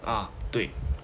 ah 对